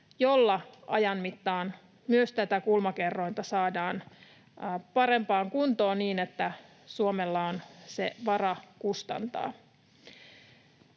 jolla ajan mittaan myös tätä kulmakerrointa saadaan parempaan kuntoon, niin että Suomella on se varaa kustantaa.